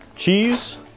Cheese